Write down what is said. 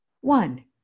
One